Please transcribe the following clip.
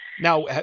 Now